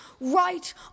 right